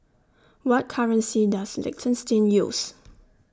What currency Does Liechtenstein use